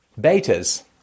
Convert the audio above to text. Betas